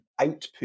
output